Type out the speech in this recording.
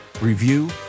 review